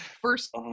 first